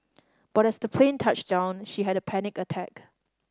but as the plane touched down she had a panic attack